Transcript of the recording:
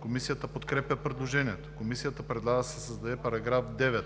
Комисията подкрепя предложението. Комисията предлага да се създаде § 9: